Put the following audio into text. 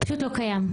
פשוט לא קיים.